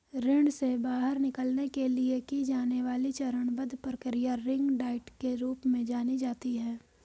ऋण से बाहर निकलने के लिए की जाने वाली चरणबद्ध प्रक्रिया रिंग डाइट के रूप में जानी जाती है